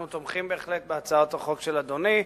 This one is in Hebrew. אנחנו תומכים בהחלט בהצעת החוק של אדוני.